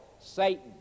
Satan